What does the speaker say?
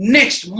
Next